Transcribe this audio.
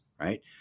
right